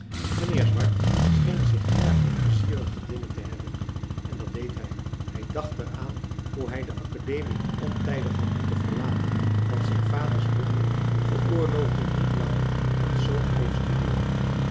mijnheer swart scheen zich erg onpleizierige dingen te herinneren en dat deed hij hij dacht er aan hoe hij de academie ontijdig had moeten verlaten want zijn vaders middelen veroorloofden niet langer dat zoon bleef studeeren